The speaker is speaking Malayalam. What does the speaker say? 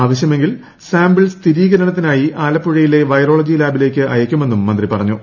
ആവശ്യമെങ്കിൽ സാമ്പിൾ സ്ഥിരീകരണത്തിനായി ആലപ്പുഴയിലെ വൈറോളജി ലാബിലേയ്ക്ക് അയയ്ക്കുമെന്നും മന്ത്രി പറഞ്ഞു